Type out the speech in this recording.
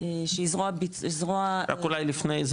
שהיא זרוע --- רק אולי לפני זה,